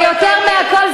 ויותר מהכול,